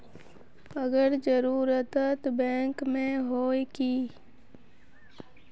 अगर जरूरत बैंक में होय है की?